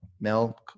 Mel